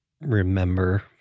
remember